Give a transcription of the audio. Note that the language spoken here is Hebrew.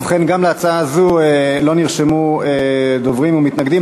ובכן, גם להצעה זו לא נרשמו דוברים ומתנגדים.